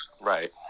Right